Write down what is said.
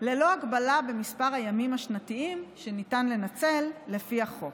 ללא הגבלה במספר הימים השנתיים שניתן לנצל לפי החוק.